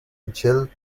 michel